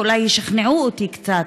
ואולי ישכנעו אותי קצת,